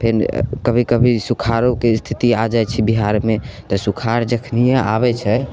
फेर कभी कभी सुखाड़ोके स्थिती आ जाइत छै बिहारमे तऽ सुखाड़ जखनिए आबैत छै